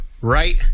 right